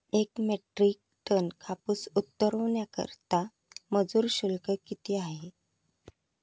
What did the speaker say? एक metric ton कापूस उतरवण्याकरता मजूर शुल्क किती आहे?